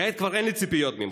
כעת כבר אין לי ציפיות ממך,